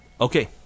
Okay